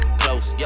close